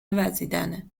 وزیدنه